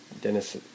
Dennis